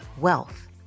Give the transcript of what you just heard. wealth